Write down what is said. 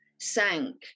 sank